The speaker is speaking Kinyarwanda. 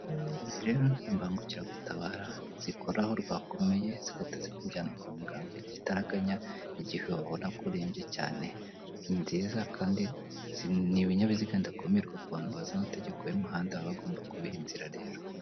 Izi rero ni imbangukiragutabara zikora aho rwakomeye zigahita zikujyana kwa muganga igitaraganya, igihe babona ko urerembye cyane. Ni nziza kandi ni ibinyabiziga ndakumirwa, ku bantu bazi amategeko y'umuhanda aba bagomba kubiha inzira rero.